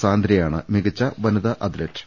സാന്ദ്രയാണ് മികച്ച വനിതാ അത്ലറ്റ്